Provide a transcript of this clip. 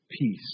peace